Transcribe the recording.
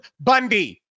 Bundy